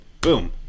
boom